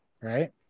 right